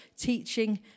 teaching